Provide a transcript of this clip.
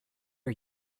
are